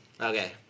Okay